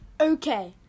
Okay